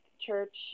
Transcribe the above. church